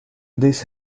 this